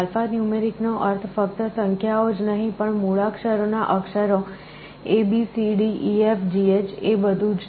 આલ્ફાન્યુમેરિકનો અર્થ ફક્ત સંખ્યાઓ જ નહીં પણ મૂળાક્ષરોના અક્ષરો abcdefgh એ બધું જ